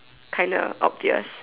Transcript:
kinda obvious